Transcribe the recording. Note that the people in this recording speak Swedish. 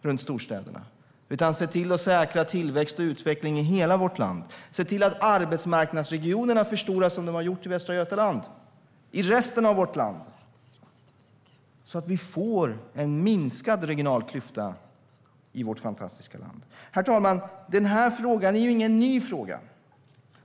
Det handlar om att se till att säkra tillväxt och utveckling i hela vårt land. Se till att arbetsmarknadsregionerna i resten av vårt land förstoras, vilket har skett i Västra Götaland! Då får vi en minskad regional klyfta i vårt fantastiska land. Fru talman! Den här frågan är inte ny.